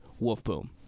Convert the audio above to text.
wolfboom